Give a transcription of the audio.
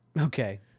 Okay